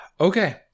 okay